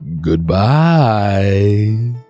goodbye